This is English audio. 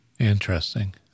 Interesting